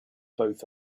both